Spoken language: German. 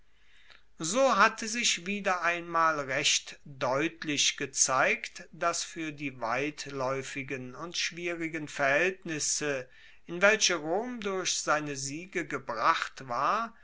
so hatte sich wieder einmal recht deutlich gezeigt dass fuer die weitlaeufigen und schwierigen verhaeltnisse in welche rom durch seine siege gebracht war